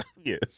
Yes